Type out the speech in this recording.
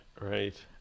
Right